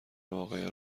واقعه